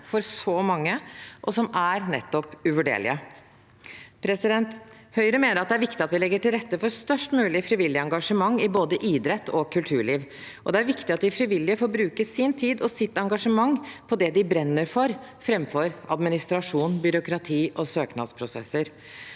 for så mange, og som er nettopp uvurderlige. Høyre mener det er viktig at vi legger til rette for størst mulig frivillig engasjement i både idrett og kulturliv. Det er viktig at de frivillige får bruke sin tid og sitt engasjement på det de brenner for, framfor administrasjon, byråkrati og søknadsprosesser.